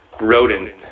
rodent